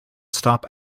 stop